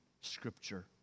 Scripture